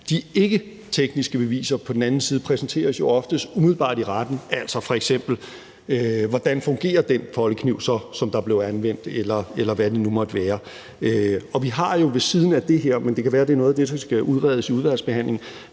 De ikketekniske beviser på den anden side præsenteres jo oftest umiddelbart i retten, altså f.eks.: Hvordan fungerer den foldekniv så, som der blev anvendt, eller hvad det nu måtte være? Og vi har jo ved siden af det her – men det kan være, at det er noget af det, der skal udredes i udvalgsbehandlingen